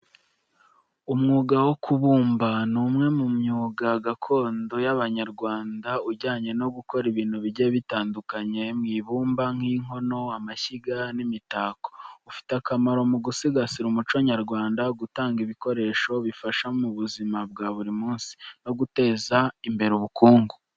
Umwuga wo kubumba ni umwe mu myuga gakondo y’Abanyarwanda ujyanye no gukora ibintu bigiye bitandukanye mu ibumba, nk’inkono, amashyiga, n’imitako. Ufite akamaro mu gusigasira umuco nyarwanda, gutanga ibikoresho bifasha mu buzima bwa buri munsi, no guteza imbere ubukungu.